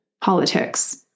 politics